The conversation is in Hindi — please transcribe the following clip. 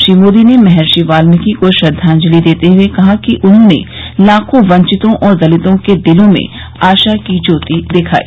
श्री मोदी ने महर्षि वाल्मिकी को श्रद्वांजलि देते हुए कहा कि उन्होंने लाखों वंचितों और दलितों के दिलों में आशा की ज्योति दिखाई